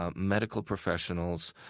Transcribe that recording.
um medical professionals,